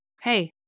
Hey